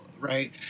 right